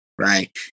right